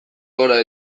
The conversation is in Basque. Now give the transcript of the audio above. gora